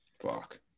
Fuck